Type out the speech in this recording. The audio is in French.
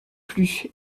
plus